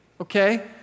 Okay